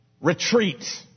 retreat